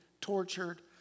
tortured